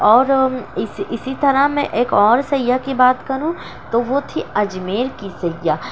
اور اس اسی طرح میں میں ایک اور سیّاح کی بات کروں تو وہ تھی اجمیر کی سیاح